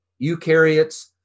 Eukaryotes